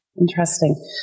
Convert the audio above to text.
Interesting